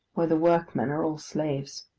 where the workmen are all slaves.